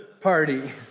party